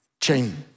chain